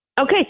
Okay